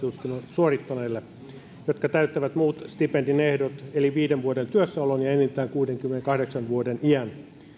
suorittaneille jotka täyttävät muut stipendin ehdot eli viiden vuoden työssäolon ja enintään kuudenkymmenenkahdeksan vuoden iän